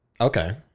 Okay